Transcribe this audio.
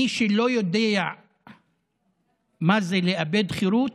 מי שלא יודע מה זה לאבד חירות,